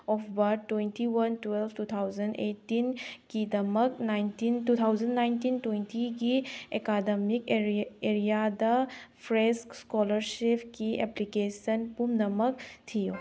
of Bharat twenty one twelve two thousand eighteen ꯀꯤꯗꯃꯛ two thousand nineteen ꯇ꯭ꯋꯦꯟꯇꯤꯒꯤ academic ꯑꯦꯔꯤꯌꯥꯗ fresh ꯁ꯭ꯀꯣꯂꯔꯁꯤꯞꯀꯤ ꯑꯦꯄ꯭ꯂꯤꯀꯦꯁꯟ ꯄꯨꯝꯅꯃꯛ ꯊꯤꯌꯨ